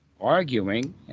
arguing